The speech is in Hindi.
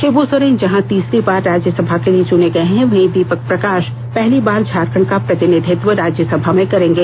शिबू सोरेन जहां तीसरी बार राज्यसभा के लिए चुने गए हैं वहीं दीपक प्रकाश पहली बार झारखंड का प्रतिनिधित्व राज्यसभा में करेंगे